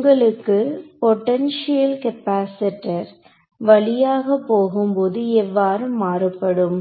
உங்களுக்கு potential capacitor வழியாக போகும்போது எவ்வாறு மாறுபடும்